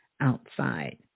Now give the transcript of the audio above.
outside